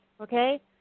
Okay